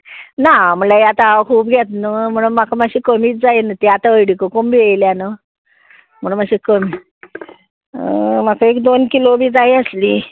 ना म्हणल्यार आतां हांव खूब घेता न्हू म्हणून म्हाका मातशें कमीच जाय न्हू ती आतां हळडीकुकूम बी येयल्या न्हू म्हणून मातशें कमी म्हाका एक दोन किलो बी जायी आसली